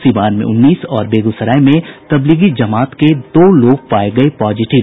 सिवान में उन्नीस और बेगूसराय में तबलीगी जमात के दो लोग पाये गये पॉजिटिव